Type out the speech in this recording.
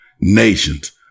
nations